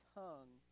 tongue